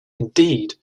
indeed